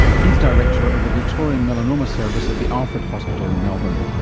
he is director of the victorian melanoma service at the alfred hospital in melbourne.